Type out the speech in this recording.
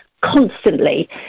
constantly